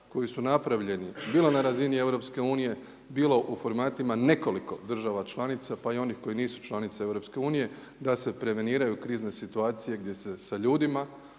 koji su napravljeni bilo na razini EU, bili u formatima nekoliko država članica pa i onih koji nisu članice EU da se preveniraju krizne situacije gdje se sa ljudima